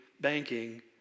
banking